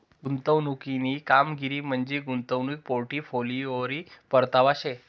गुंतवणूकनी कामगिरी म्हंजी गुंतवणूक पोर्टफोलिओवरी परतावा शे